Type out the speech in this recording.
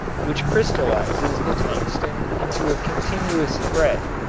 which crystallizes the tungsten into a continuous thread.